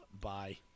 bye